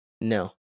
No